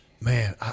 man